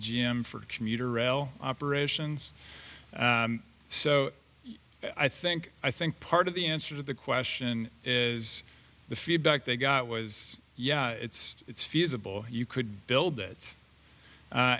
g m for commuter rail operations so i think i think part of the answer to the question is the feedback they got was yeah it's it's feasible you could build it